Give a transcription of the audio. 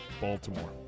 Baltimore